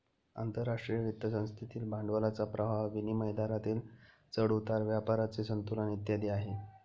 आंतरराष्ट्रीय वित्त संस्थेतील भांडवलाचा प्रवाह, विनिमय दरातील चढ उतार, व्यापाराचे संतुलन इत्यादी आहे